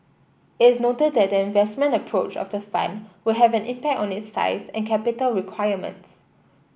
is noted that the investment approach of the fund will have an impact on its size and capital requirements